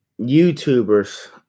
YouTubers